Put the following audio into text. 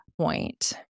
point